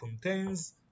contains